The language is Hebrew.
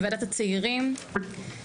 בוועדת הצעירים.